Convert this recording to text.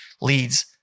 leads